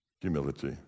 Humility